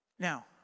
Now